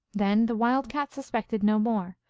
then the wild cat suspected no more,